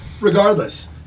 regardless